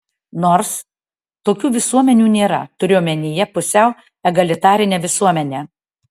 nors tokių visuomenių nėra turiu omenyje pusiau egalitarinę visuomenę